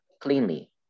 Cleanly